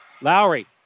Lowry